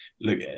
look